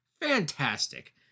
Fantastic